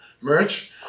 merch